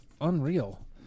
Unreal